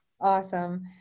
Awesome